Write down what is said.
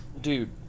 dude